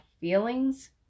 feelings